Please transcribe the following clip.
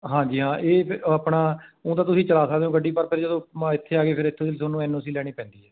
ਹਾਂਜੀ ਹਾਂ ਇਹ ਜ ਆਪਣਾ ਊਂ ਤਾਂ ਤੁਸੀਂ ਚਲਾ ਸਕਦੇ ਹੋ ਗੱਡੀ ਪਰ ਫਿਰ ਜਦੋਂ ਮ ਇੱਥੇ ਆ ਕੇ ਫਿਰ ਇਥੋਂ ਦੀ ਤੁਹਾਨੂੰ ਐੱਨ ਓ ਸੀ ਲੈਣੀ ਪੈਂਦੀ ਹੈ